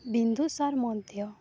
ବିନ୍ଦୁ ସାର୍ ମଧ୍ୟ